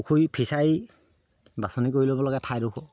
পুখুৰী ফিচাৰী বাছনি কৰি ল'ব লাগে ঠাইডোখৰ